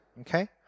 okay